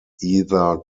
either